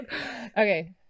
Okay